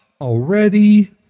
Already